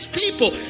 people